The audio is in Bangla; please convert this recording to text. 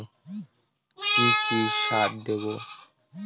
কি কি সার দেবো?